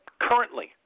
Currently